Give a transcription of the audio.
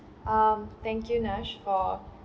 um thank you nash for